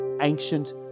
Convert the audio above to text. ancient